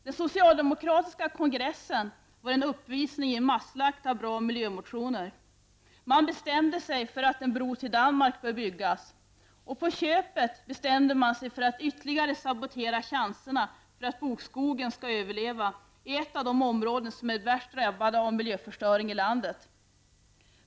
Den socialdemokratiska kongressen var en uppvisning i masslakt av bra miljömotioner. Man bestämde sig för att en bro till Danmark bör byggas -- och på köpet bestämde man sig för att ytterligare chanserna för bokskogen att överleva i ett av de områden som är värst drabbade av miljöförstöring i landet.